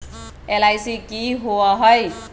LIC की होअ हई?